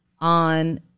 on